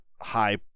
high